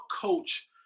coach